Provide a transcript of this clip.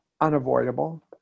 unavoidable